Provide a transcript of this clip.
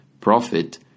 profit